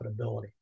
profitability